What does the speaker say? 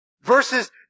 versus